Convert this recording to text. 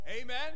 Amen